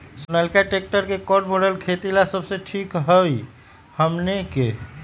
Sonalika tractor के कौन model खेती ला सबसे ठीक होई हमने की?